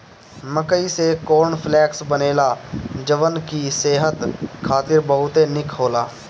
मकई से corn flakes बनेला जवन की सेहत खातिर बहुते निक होला